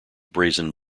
brazen